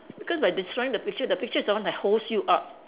because by destroying the picture the picture is the one that holds you up